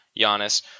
Giannis